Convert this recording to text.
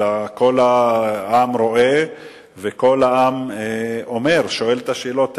אלא כל העם רואה ושואל את השאלות האלה.